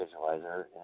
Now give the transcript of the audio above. Visualizer